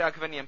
Raghavan M